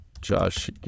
Josh